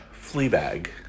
Fleabag